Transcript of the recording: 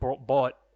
bought